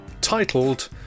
titled